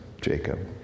Jacob